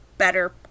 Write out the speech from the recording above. better